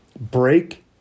Break